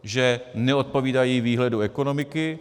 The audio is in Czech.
Že neodpovídají výhledu ekonomiky.